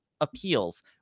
appeals